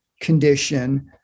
condition